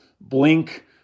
blink